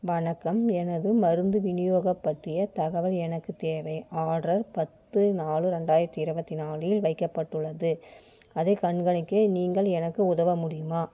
வணக்கம் எனது மருந்து விநியோகம் பற்றிய தகவல் எனக்குத் தேவை ஆடர் பத்து நாலு ரெண்டாயிரத்தி இருவத்தி நாலில் வைக்கப்பட்டுள்ளது அதைக் கண்காணிக்க நீங்கள் எனக்கு உதவ முடியுமா